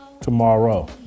tomorrow